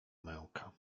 męka